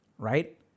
right